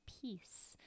peace